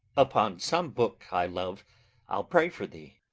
upon some book i love i'll pray for thee.